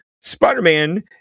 Spider-Man